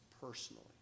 personally